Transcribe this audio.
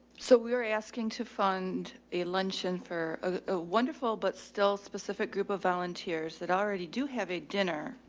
so we were asking to fund a luncheon for a wonderful but still specific group of volunteers that already do have a dinner.